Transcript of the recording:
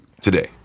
today